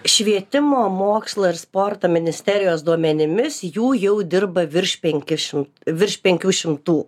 švietimo mokslo ir sporto ministerijos duomenimis jų jau dirba virš penki šim virš penkių šimtų